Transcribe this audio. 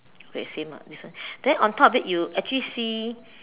okay same ah this one then on top of it you actually see